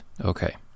okay